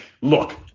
look